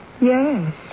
Yes